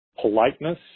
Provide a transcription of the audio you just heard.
politeness